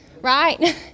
Right